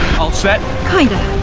all set. kinda.